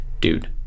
dude